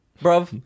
bro